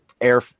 air